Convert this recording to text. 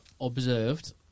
observed